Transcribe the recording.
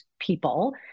people